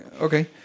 okay